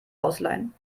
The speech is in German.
ausleihen